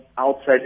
outside